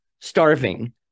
starving